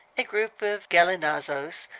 a group of gallinazos,